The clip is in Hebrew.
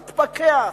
יתפכח,